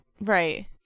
Right